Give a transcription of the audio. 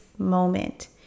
moment